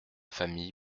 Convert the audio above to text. famille